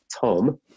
Tom